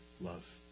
love